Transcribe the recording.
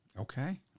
Okay